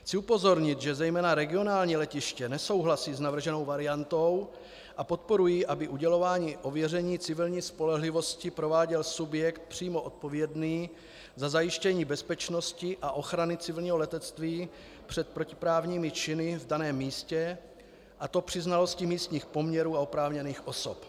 Chci upozornit, že zejména regionální letiště nesouhlasí s navrženou variantou a podporují, aby udělování ověření civilní spolehlivosti prováděl subjekt přímo odpovědný za zajištění bezpečnosti a ochrany civilního letectví před protiprávními činy v daném místě, a to při znalosti místních poměrů a oprávněných osob.